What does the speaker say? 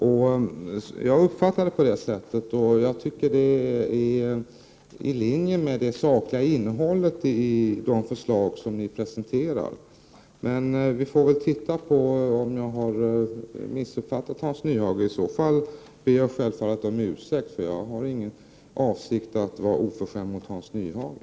Och jag tycker att det är i linje med det sakliga innehållet i de förslag som ni presenterar. Men vi får alltså se om jag har missuppfattat Hans Nyhage. I så fall ber jag självfallet om ursäkt, för jag har ingen avsikt att vara oförskämd mot Hans Nyhage.